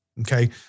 okay